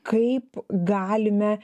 kaip galime